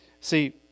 See